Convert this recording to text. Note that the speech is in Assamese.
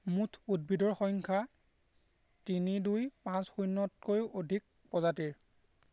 মুঠ উদ্ভিদৰ সংখ্যা তিনি দুই পাঁচ শূন্যতকৈও অধিক প্ৰজাতিৰ